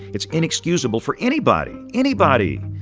it's inexcusable for anybody anybody.